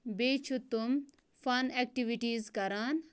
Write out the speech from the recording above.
بیٚیہِ چھِ تم فَن اٮ۪کٹٕوِٹیٖز کَران